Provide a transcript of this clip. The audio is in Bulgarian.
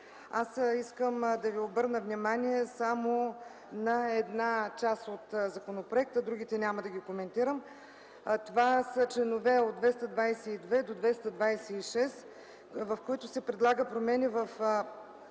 Искам да Ви обърна внимание само на една част от законопроекта, другите няма да коментирам. Това са членове от 222 до 226, в които се предлагат промени в